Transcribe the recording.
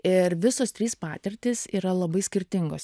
ir visos trys patirtys yra labai skirtingos